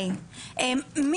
שלום.